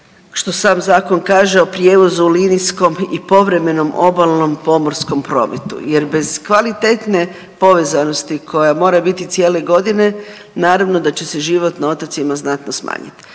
što sam zakon kaže o prijevozu linijskom i povremenom obalnom pomorskom prometu jer bez kvalitetne povezanosti koja mora biti cijele godine, naravno da će se život na otocima znatno smanjit.